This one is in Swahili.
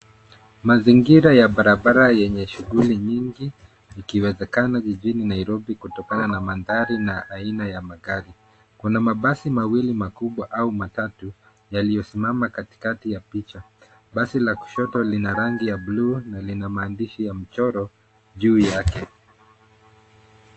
Mazingira ya barabara yenye shughuli mingi ikiwezekana jijini Nairobi kutokana na mandhari na aina ya magari. Kuna mabasi mawili makubwa au matatu yaliyosimama kati kati ya picha. Basi la kushoto lina rangi ya buluu na lina maandishi ya mchoro juu yake.